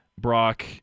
Brock